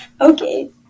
Okay